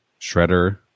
Shredder